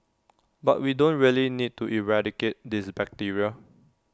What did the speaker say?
but we don't really need to eradicate this bacteria